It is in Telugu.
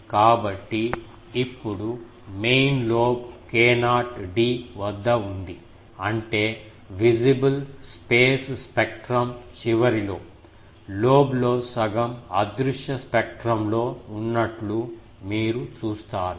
కాబట్టి ఇప్పుడు మెయిన్ లోబ్ k0d వద్ద ఉంది అంటే విసిబుల్ స్పేస్ స్పెక్ట్రం చివరిలో లోబ్లో సగం అదృశ్య స్పెక్ట్రంలో ఉన్నట్లు మీరు చూస్తారు